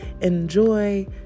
enjoy